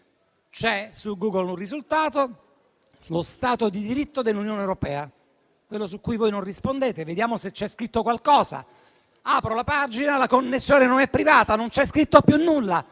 C'è su Google un risultato sullo Stato di diritto dell'Unione europea, quello su cui voi non rispondete. Vediamo se c'è scritto qualcosa. Apro la pagina, la connessione non è privata, non c'è scritto più nulla.